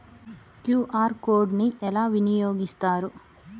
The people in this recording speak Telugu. క్యూ.ఆర్ కోడ్ ని ఎలా వినియోగిస్తారు?